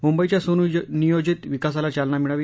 मुंबईच्या सुनियोजित विकासाला चालना मिळावी